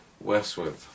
Westwood